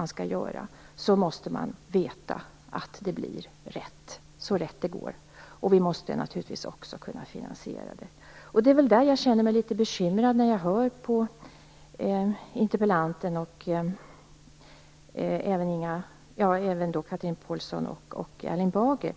vi skall göra, måste vi veta att det blir rätt - så rätt det går att få det. Vi måste naturligtvis också kunna finansiera det. Jag känner mig litet bekymrad när jag hör på interpellanten och även Chatrine Pålsson och Erling Bager.